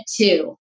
two